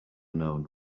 known